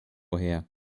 her